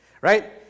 Right